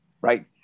right